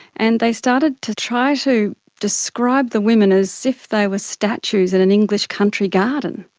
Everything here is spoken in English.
and they started to try to describe the women as if they were statues in an english country garden.